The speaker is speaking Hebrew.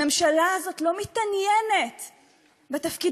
הממשלה הזאת לא מתעניינת בתפקיד.